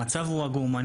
המצב הוא עגום.